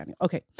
Okay